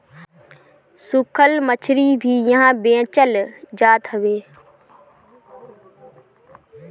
सुखल मछरी भी इहा बेचल जात हवे